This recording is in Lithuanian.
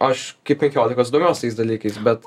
aš kaip penkiolikos domiuos tais dalykais bet